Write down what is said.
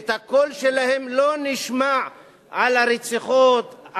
ואת הקול שלהם לא נשמע על הרציחות.